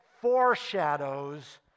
foreshadows